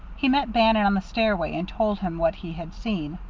he met bannon on the stairway, and told him what he had seen.